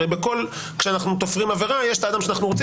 הרי כשאנו תופרים עבירה יש האדם שאנו רוצים